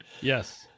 Yes